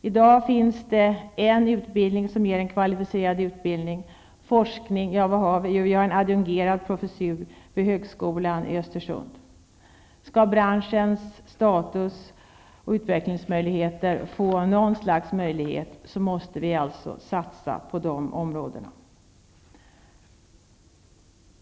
I dag har vi en kvalificerad utbildning. Vad har vi inom forskningen? Jo, vi har en adjungerad professur vid Högskolan i Östersund. Skall branschen ha något slags status och utvecklingsmöjligheter, måste vi alltså satsa på forskning och utbildning.